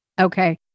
Okay